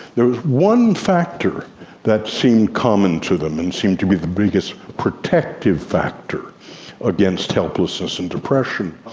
there was one factor that seemed common to them and seemed to be the biggest protective factor against helplessness and depression.